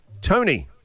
Tony